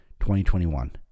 2021